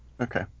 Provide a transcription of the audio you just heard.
Okay